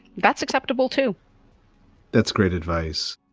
that's acceptable, too that's great advice.